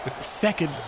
second